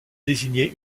désigner